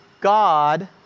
God